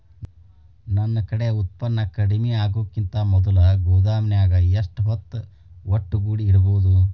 ನನ್ ಕಡೆ ಉತ್ಪನ್ನ ಕಡಿಮಿ ಆಗುಕಿಂತ ಮೊದಲ ಗೋದಾಮಿನ್ಯಾಗ ಎಷ್ಟ ಹೊತ್ತ ಒಟ್ಟುಗೂಡಿ ಇಡ್ಬೋದು?